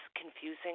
confusing